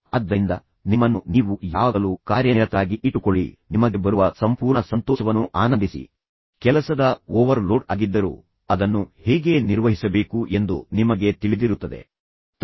ಆದ್ದರಿಂದ ನಿಮ್ಮನ್ನು ನೀವು ಯಾವಾಗಲೂ ಕಾರ್ಯನಿರತರಾಗಿ ಇಟ್ಟುಕೊಳ್ಳಿ ಮತ್ತು ನಂತರ ನಿಮಗೆ ಬರುವ ಸಂಪೂರ್ಣ ಸಂತೋಷವನ್ನು ಆನಂದಿಸಿ ಕೆಲಸದ ಓವರ್ ಲೋಡ್ ಆಗಿದ್ದರು ಅದನ್ನು ಹೇಗೆ ನಿರ್ವಹಿಸಬೇಕು ಎಂದು ನಿಮಗೆ ತಿಳಿದಿರುತ್ತದೆ ಮತ್ತು ನಂತರ ನೀವು ಎಲ್ಲಾ ಕಾರ್ಯಗಳನ್ನು ಪೂರ್ಣಗೊಳಿಸುತ್ತೀರಿ